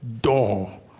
door